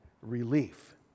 relief